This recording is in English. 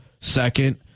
second